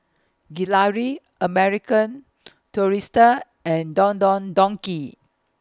Gelare American Tourister and Don Don Donki